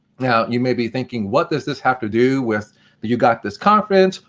yeah you may be thinking what does this have to do with the you got this conference,